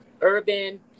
urban